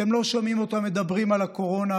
אתם לא שומעים אותם מדברים על הקורונה,